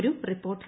ഒരു റിപ്പോർട്ട്